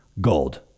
gold